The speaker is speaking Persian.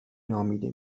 نامیده